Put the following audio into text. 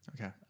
okay